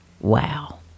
Wow